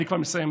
אני כבר מסיים.